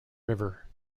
river